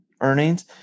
earnings